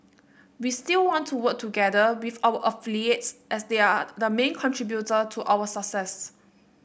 we still want to work together with our affiliates as they are the main contributor to our success